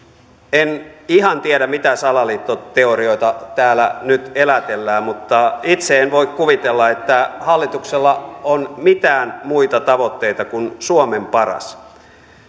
en ihan tiedä mitä salaliittoteorioita täällä nyt elätellään mutta itse en voi kuvitella että hallituksella on mitään muita tavoitteita kuin suomen paras